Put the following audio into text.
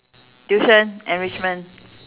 tuition enrichment